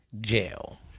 Jail